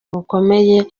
bukomeye